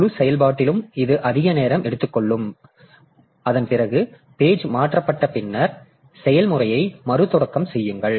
முழு செயல்பாட்டிலும் இது அதிக நேரம் எடுத்துக்கொள்ளும் பகுதியாகும் அதன் பிறகு பேஜ் மாற்றப்பட்ட பின்னர் செயல்முறையை மறுதொடக்கம் செய்யுங்கள்